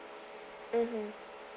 mmhmm